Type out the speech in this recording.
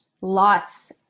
Lots